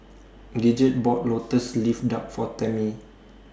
Gidget bought Lotus Leaf Duck For Tammi